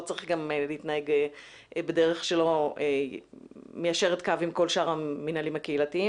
לא צריך גם להתנהג בדרך שלא מיישרת קו עם כל שאר המינהלים הקהילתיים.